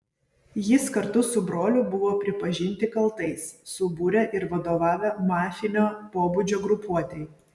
jis kartu su broliu buvo pripažinti kaltais subūrę ir vadovavę mafinio pobūdžio grupuotei